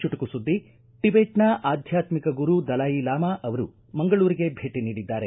ಚುಟುಕು ಸುದ್ದಿ ಟಿಬೆಟ್ನ ಆಧ್ಯಾತ್ಮಿಕ ಗುರು ದಲಾಯಿ ಲಾಮಾ ಅವರು ಮಂಗಳೂರಿಗೆ ಭೇಟಿ ನೀಡಿದ್ದಾರೆ